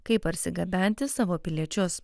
kaip parsigabenti savo piliečius